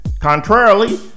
Contrarily